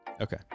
okay